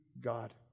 God